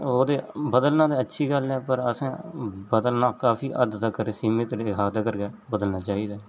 ओह्दे बदलना ते अच्छी गल्ल ऐ पर असें बदलना काफी हद्द तगर सीमित रेखा तगर गै बदलना चाहिदा